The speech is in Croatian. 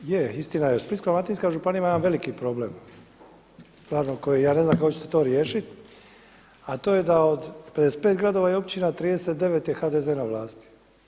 Je istina je Splitsko-dalmatinska županija ima jedan veliki problem stvarno za koji ja ne znam kako će se to riješiti, a to je da od 55 gradova i općina 39 je HDZ-e na vlasti.